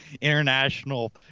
international